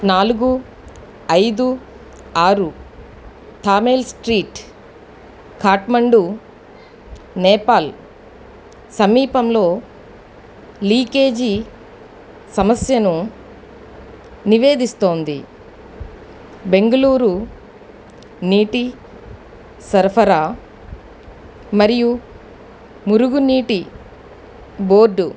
నాలుగు ఐదు ఆరు థామెల్ స్ట్రీట్ ఖాట్మండు నేపాల్ సమీపంలో లీకేజీ సమస్యను నివేదిస్తోంది బెంగళూరు నీటి సరఫరా మరియు మురుగునీటి బోర్డు